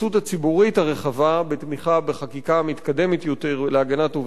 הרחבה בתמיכה בחקיקה מתקדמת יותר להגנת עובדי הקבלן,